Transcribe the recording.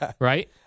Right